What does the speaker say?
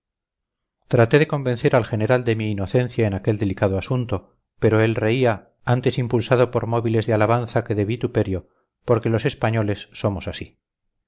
traté de convencer al general de mi inocencia en aquel delicado asunto pero él reía antes impulsado por móviles de alabanza que de vituperio porque los españoles somos así